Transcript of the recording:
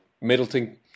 Middleton